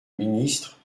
ministre